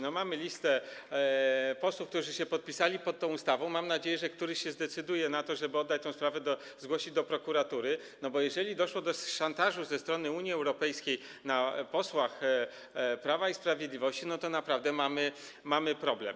No, mamy listę posłów, którzy się podpisali pod tą ustawą, mam nadzieję, że któryś się zdecyduje na to, żeby oddać tę sprawę, zgłosić do prokuratury, bo jeżeli doszło do szantażu ze strony Unii Europejskiej wobec posłów Prawa i Sprawiedliwości, to naprawdę mamy problem.